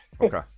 Okay